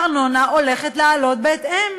הארנונה הולכת לעלות בהתאם.